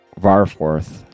Varforth